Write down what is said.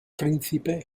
príncipe